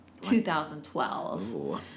2012